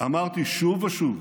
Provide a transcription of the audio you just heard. אמרתי שוב ושוב,